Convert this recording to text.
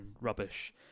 rubbish